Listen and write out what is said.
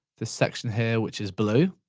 this section here, which is blue.